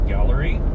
Gallery